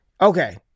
okay